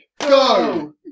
Go